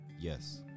Yes